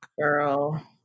Girl